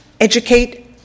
educate